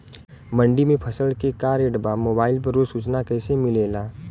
मंडी में फसल के का रेट बा मोबाइल पर रोज सूचना कैसे मिलेला?